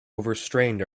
overstrained